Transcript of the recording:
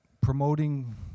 promoting